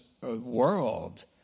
world